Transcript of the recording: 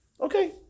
okay